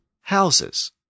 houses